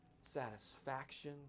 satisfaction